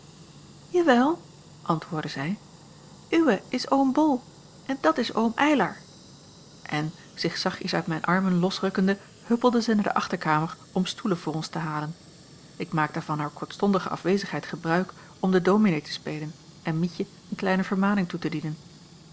jawel antwoordde zij uwee is oom bol en dat is oom eylar en zich zachtjes uit mijn armen losrukkende huppelde zij naar de achterkamer om stoelen voor ons te halen ik maakte van haar kortstondige afwezigheid gebruik om den dominee te spelen en mietje een kleine vermaning toe te dienen